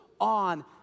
on